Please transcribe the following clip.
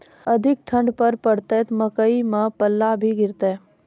अधिक ठंड पर पड़तैत मकई मां पल्ला भी गिरते?